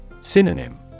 Synonym